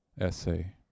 essay